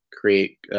create –